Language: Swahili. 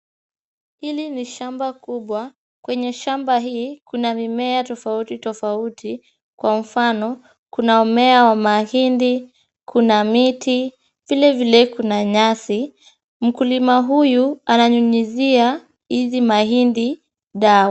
Hili ni shamba kubwa, kwenye shamba hii kuna mimea tofauti tofauti kwa mfano, kuna mimea wa mahindi, kuna miti vile vile kuna nyasi. Mkulima huyu anayunyuzia hizi mahindi dawa.